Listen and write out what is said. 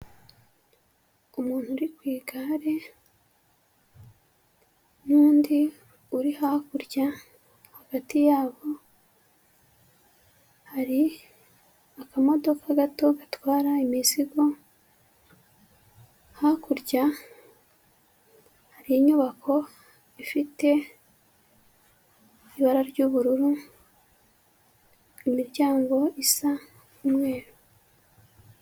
Umuntu uri ku igare n'undi uri hakurya, hagati yabo hari akamodoka gato gatwara imizigo, hakurya hari inyubako ifite ibara ry'ubururu, imiryango isa umweru.